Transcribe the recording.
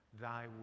Thy